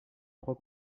trois